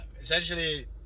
essentially